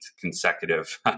consecutive